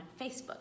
Facebook